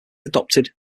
adopted